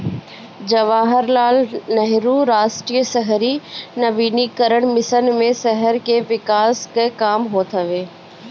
जवाहरलाल नेहरू राष्ट्रीय शहरी नवीनीकरण मिशन मे शहर के विकास कअ काम होत हवे